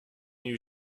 you